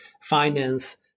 finance